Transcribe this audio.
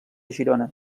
girona